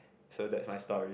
so that's my story